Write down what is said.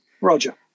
Roger